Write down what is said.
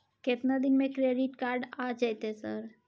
केतना दिन में क्रेडिट कार्ड आ जेतै सर?